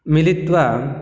मिलित्वा